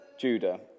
Judah